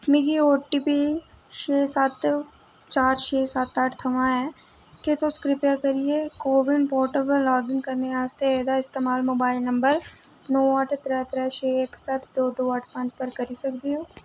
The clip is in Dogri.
मिगी ओटीपी छे सत्त चार छे सत्त आट्ठ थ्होआ ऐ क्या तुस किरपा करियै को विन पोर्टल पर लाग इन करने आस्तै एह्दा इस्तमाल मोबाइल नंबर नौ अट्ठ त्रै त्रै छे इक सत्त दो दो अट्ठ पंज पर करी सकदे ओ